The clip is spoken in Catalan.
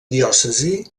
diòcesi